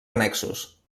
annexos